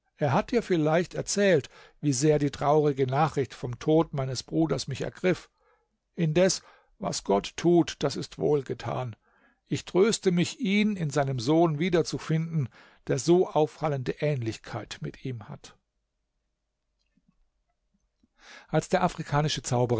er hat dir vielleicht erzählt wie sehr die traurige nachricht vom tod meines bruders mich ergriff indes was gott tut das ist wohlgetan ich tröste mich ihn in seinem sohn wiederzufinden der so auffallende ähnlichkeit mit ihm hat als der afrikanische zauberer